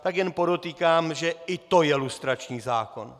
Tak jen podotýkám, že i to je lustrační zákon.